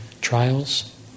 trials